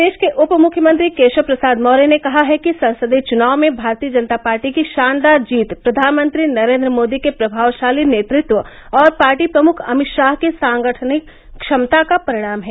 प्रदेष के उप मुख्यमंत्री केषव प्रसाद मौर्य ने कहा है कि संसदीय चुनाव में भारतीय जनता पार्टी की षानदार जीत प्रधानमंत्री नरेन्द्र मोदी के प्रभावषाली नेतृत्व और पार्टी प्रमुख अमित षाह की सांगठनिक क्षमता का परिणाम है